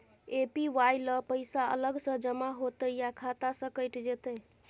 APY ल पैसा अलग स जमा होतै या खाता स कैट जेतै?